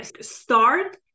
start